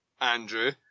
andrew